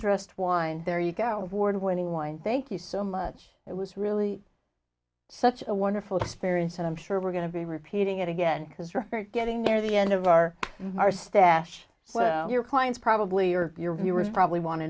dressed wine there you go toward winning wine thank you so much it was really such a wonderful experience and i'm sure we're going to be repeating it again because rick perry getting near the end of our our stash so your clients probably or your viewers probably want to